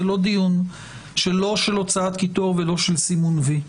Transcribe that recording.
לא דיון של הוצאת קיטור ולא של סימון "וי".